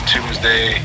Tuesday